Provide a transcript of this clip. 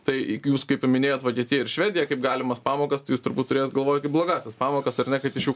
tai jūs kai paminėjot vokietiją ir švediją kaip galimas pamokas tai jūs turbūt turėjot galvoj kaip blogąsias pamokas ar ne kad iš jų